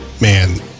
Man